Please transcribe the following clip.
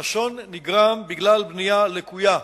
האסון נגרם בגלל בנייה לקויה.